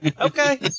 Okay